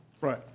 Right